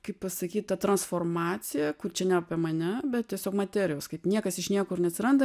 kaip pasakyt ta transformacija kur čia ne apie mane bet tiesiog materijos kaip niekas iš niekur neatsiranda